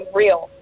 real